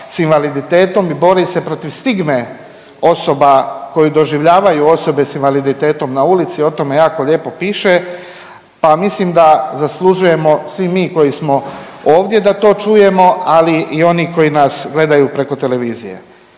s invaliditetom i bori se protiv stigme osoba koju doživljavaju osobe s invaliditetom na ulici, o tome jako lijepo piše, pa mislim da zaslužujemo svi mi koji smo ovdje da to čujemo, ali i oni koji nas gledaju preko televizije.